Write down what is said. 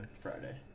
Friday